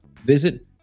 Visit